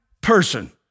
person